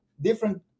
different